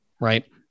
Right